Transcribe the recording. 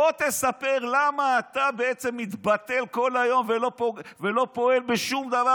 בוא תספר למה אתה מתבטל כל היום ולא פועל בשום דבר,